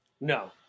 No